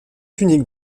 uniques